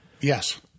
Yes